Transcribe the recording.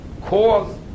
cause